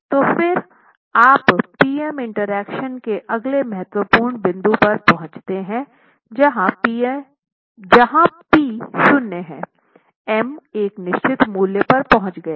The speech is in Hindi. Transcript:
तो फिर आप पी एम इंटरैक्शन के अगले महत्वपूर्ण बिंदु पर पहुंचते हैं जहां पी शून्य हैं एम एक निश्चित मूल्य पर पहुँच गया है